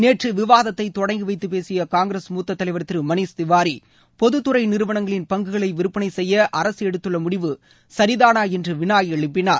நேற்று விவாதத்தை தொடங்கிவைத்து பேசிய காங்கிரஸ் மூத்த தலைவர் திரு மணீஷ் திவாரி பொதுத்துறை நிறுவனங்களின் பங்குகளை விற்பனை செய்ய அரசு எடுத்துள்ள முடிவு சரிதானா என்று வினா எழுப்பினார்